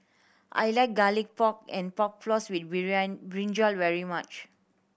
I like Garlic Pork and Pork Floss with brinjal very much